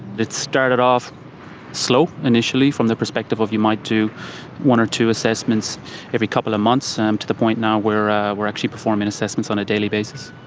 it started off slow initially, from the perspective of you might do one or two assessments every couple of months, um to the point now where ah we're actually performing assessments on a daily basis.